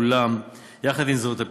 אולם יחד עם זאת,